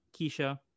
Keisha